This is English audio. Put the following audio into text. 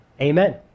Amen